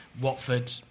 Watford